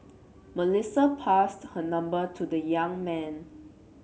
Melissa passed her number to the young man